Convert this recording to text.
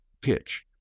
pitch